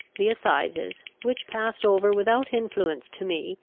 the assizes, which passed over without influence to me,